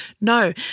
no